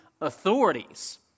authorities